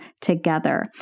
together